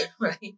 Right